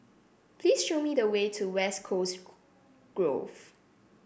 please show me the way to West Coast Grove